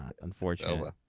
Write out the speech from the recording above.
Unfortunately